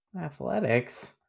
Athletics